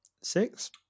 six